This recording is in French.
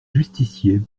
justiciers